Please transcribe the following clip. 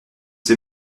ces